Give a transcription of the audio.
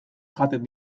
jaten